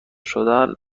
شدن